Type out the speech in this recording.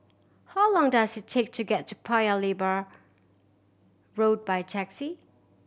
how long does it take to get to Paya Lebar Road by taxi